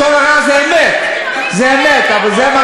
לשון הרע זה אמת, אבל זה מה